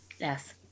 yes